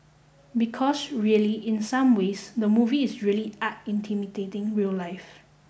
because really in some ways the movie is really art intimidating real life